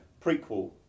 Prequel